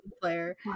player